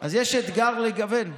אז יש אתגר לגוון.